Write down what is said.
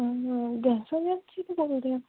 ਹਾਂ ਹਾਂ gas agency ਤੋਂ ਬੋਲਦੇ ਹੋ